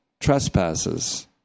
trespasses